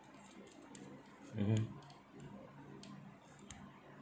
mmhmm